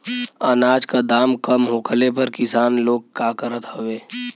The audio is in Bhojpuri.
अनाज क दाम कम होखले पर किसान लोग का करत हवे?